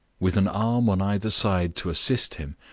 with an arm on either side to assist him,